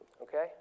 Okay